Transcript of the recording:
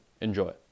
Enjoy